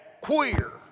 queer